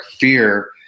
fear